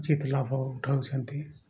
ଉଚିତ୍ ଲାଭ ଉଠଉଛନ୍ତି